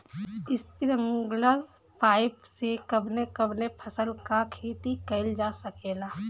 Sprinkler pipe से कवने कवने फसल क खेती कइल जा सकेला?